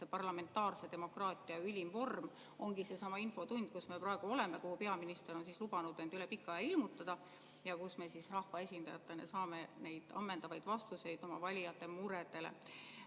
parlamentaarse demokraatia ülim vorm ongi seesama infotund, kus me praegu oleme. Proua peaminister on lubanud end üle pika aja ilmutada ja siin saame me rahvaesindajatena ammendavaid vastuseid oma valijate muredele.